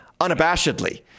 unabashedly